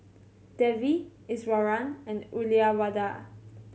Devi Iswaran and Uyyalawada